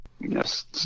Yes